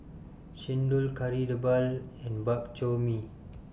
Chendol Kari Debal and Bak Chor Mee